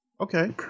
Okay